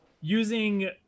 using